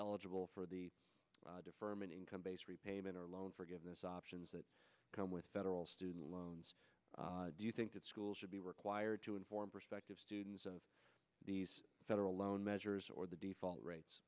eligible for the deferment income based repayment or loan forgiveness options that come with federal student loans do you think that schools should be required to inform prospective students of these federal loan measures or the default